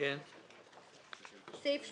סעיף 35,